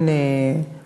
להכין